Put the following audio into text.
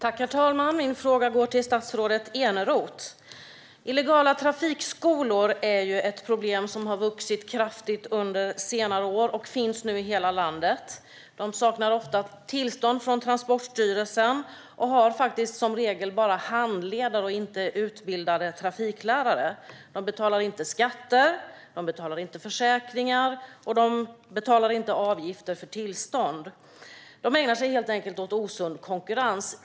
Herr talman! Min fråga går till statsrådet Eneroth. Ett problem som har vuxit kraftigt under senare år är illegala trafikskolor, som nu finns i hela landet. De saknar ofta tillstånd från Transportstyrelsen och har som regel bara handledare och inte utbildade trafiklärare. De betalar inte skatter, de betalar inte försäkringar och de betalar inte avgifter för tillstånd. De ägnar sig helt enkelt åt osund konkurrens.